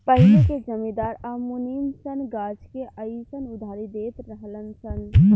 पहिले के जमींदार आ मुनीम सन गाछ मे अयीसन उधारी देत रहलन सन